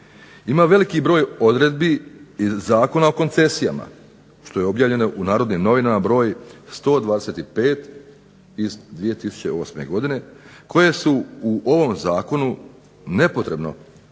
ima veliki broj odredbi iz Zakona o koncesijama, što je objavljeno u "Narodnim novinama" broj 125 iz 2008. godine, koje su u ovom zakonu nepotrebno, dakle